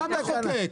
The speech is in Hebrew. אתה המחוקק.